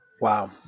Wow